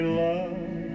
love